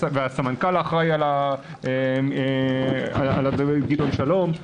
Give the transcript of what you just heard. עם הסמנכ"ל האחראי גדעון שלום,